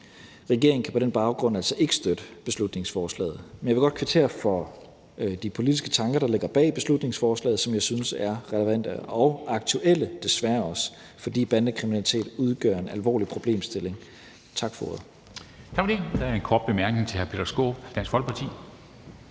Regeringen kan på den baggrund altså ikke støtte beslutningsforslaget, men jeg vil godt kvittere for de politiske tanker, der ligger bag beslutningsforslaget, som jeg synes er relevante og desværre også aktuelle, fordi bandekriminalitet udgør en alvorlig problemstilling. Tak for ordet.